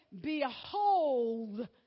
behold